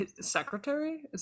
secretary